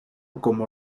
como